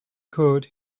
could